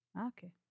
Okay